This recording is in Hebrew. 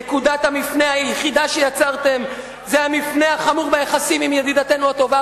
נקודת המפנה היחידה שיצרתם היא המפנה החמור ביחסים עם ידידתנו הטובה,